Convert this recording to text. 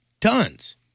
Tons